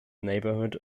neighborhood